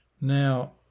Now